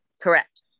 Correct